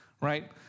right